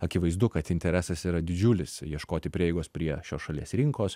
akivaizdu kad interesas yra didžiulis ieškoti prieigos prie šios šalies rinkos